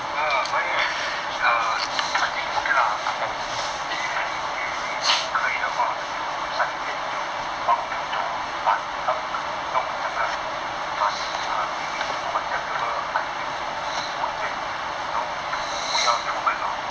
no lah mine I think okay lah from I think they usually usually 他们可以的话他们三点就让我们走 but 他们跟我们讲 lah must remain contactable until 五点然后不要出门 lor